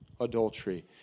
adultery